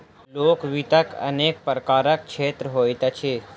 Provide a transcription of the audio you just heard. लोक वित्तक अनेक प्रकारक क्षेत्र होइत अछि